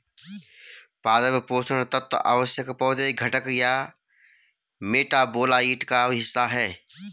पादप पोषण तत्व आवश्यक पौधे घटक या मेटाबोलाइट का हिस्सा है